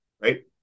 right